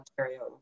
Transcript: Ontario